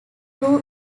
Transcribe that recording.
too